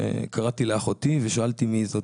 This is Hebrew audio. קראתי לאחותי ושאלתי מי זאת,